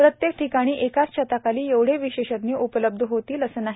प्रत्येक ठिकाणी एकाच छताखाली एवढे विशेषज्ञ उपलब्ध होतील असं नाही